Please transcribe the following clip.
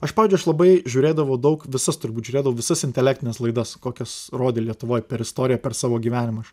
aš pavyzdžiui aš labai žiūrėdavo daug visas turbūt žiūrėdavau visas intelektines laidas kokias rodė lietuvoj per istoriją per savo gyvenimą aš